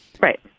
right